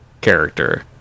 character